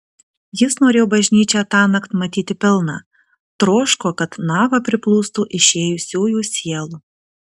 jis norėjo bažnyčią tąnakt matyti pilną troško kad nava priplūstų išėjusiųjų sielų